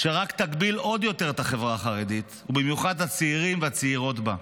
שרק תגביל עוד יותר את החברה החרדית ובמיוחד הצעירים והצעירות בה.